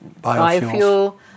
biofuel